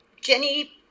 Jenny